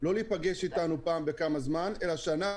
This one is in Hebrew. לא להיפגש איתנו פעם בכמה זמן אלא שאנחנו